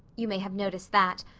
you may have noticed that.